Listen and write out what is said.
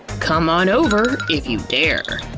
come on over, if you dare.